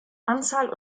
anzahl